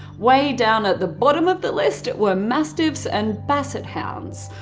way down at the bottom of the list were mastiffs and basset hounds.